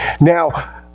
Now